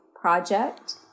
project